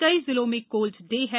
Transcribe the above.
कई जिलों में कोल्ड डे है